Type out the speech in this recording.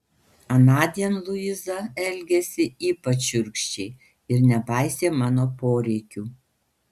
anądien luiza elgėsi ypač šiurkščiai ir nepaisė mano poreikių